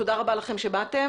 תודה רבה לכם שבאתם.